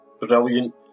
brilliant